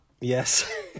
Yes